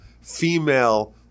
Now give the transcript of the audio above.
female